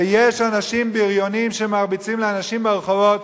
ויש אנשים בריונים שמרביצים לאנשים ברחובות.